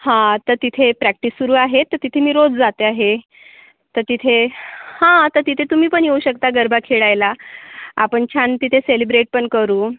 हा तर तिथे प्रॅक्टिस सुरू आहे तर तिथे मी रोज जाते आहे त तिथे हा त तिथे तुम्ही पण येऊ शकता गरबा खेळायला आपण छान तिथे सेलिब्रेट पण करू